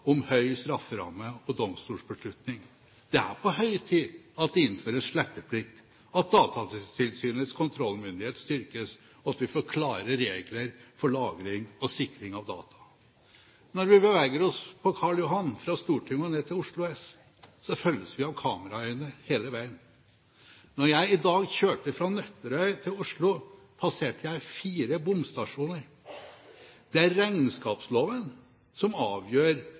om høy strafferamme og domstolsbeslutning. Det er på høy tid at det innføres sletteplikt, at Datatilsynets kontrollmyndighet styrkes, og at vi får klarere regler for lagring og sikring av data. Når vi beveger oss på Karl Johan, fra Stortinget og ned til Oslo S, følges vi av kameraøyne hele veien. Da jeg i dag kjørte fra Nøtterøy til Oslo, passerte jeg fire bomstasjoner. Det er regnskapsloven som avgjør